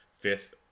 fifth